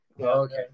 Okay